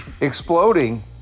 exploding